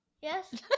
Yes